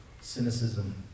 Cynicism